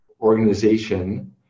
organization